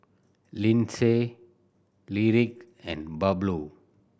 Lindsay Lyric and Pablo